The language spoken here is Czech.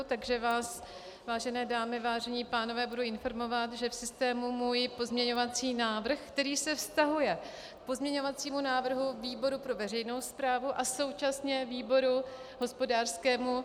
Takže vás, vážené dámy, vážení pánové, budu informovat, že v systému je můj pozměňovací návrh, který se vztahuje k pozměňovacímu návrhu výboru pro veřejnou správu a současně výboru hospodářského.